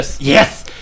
yes